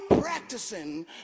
practicing